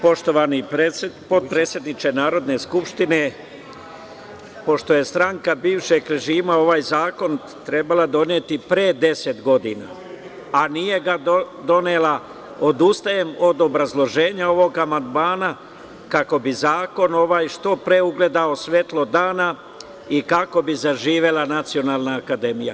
Poštovani potpredsedniče Narodne skupštine, pošto je stranka bivšeg režima ovaj zakon trebala doneti pre 10 godina, a nije ga donela, odustajem od obrazloženja ovog amandmana, kako bi ovaj zakon što pre ugledao svetlost dana i kako bi zaživela Nacionalna akademija.